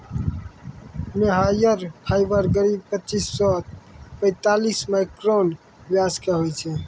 मोहायिर fibre करीब पच्चीस सॅ पैतालिस माइक्रोन व्यास के होय छै